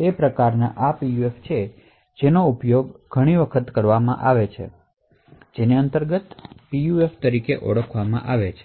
તે પ્રકારના પીયુએફછે જેનો ઉપયોગ આ દિવસોમાં ઘણી વાર કરવામાં આવે છે જેને અંતર્ગત પીયુએફતરીકે ઓળખાય છે